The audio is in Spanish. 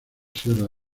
sierra